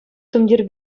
тумтир